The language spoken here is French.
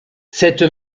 cette